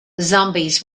zombies